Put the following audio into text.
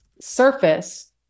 surface